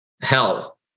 hell